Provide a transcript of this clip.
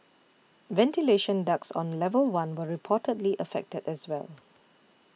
ventilation ducts on level one were reportedly affected as well